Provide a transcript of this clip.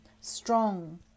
strong